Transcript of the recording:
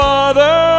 Father